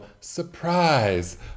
surprise